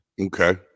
Okay